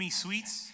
sweets